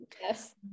yes